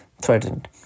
threatened